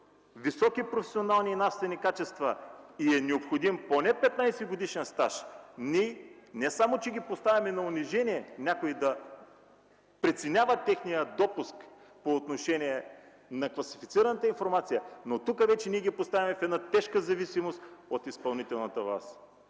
високи професионални и нравствени качества и е необходим поне 15-годишен стаж, ние не само че поставяме на унижение някой да преценява техния допуск по отношение на класифицираната информация, но тук вече ги поставяме в тежка зависимост от изпълнителната власт.